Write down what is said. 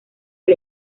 del